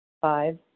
Five